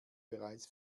bereits